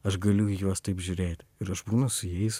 aš galiu į juos taip žiūrėti ir aš būnu su jais